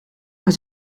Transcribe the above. maar